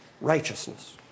righteousness